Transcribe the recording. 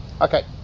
okay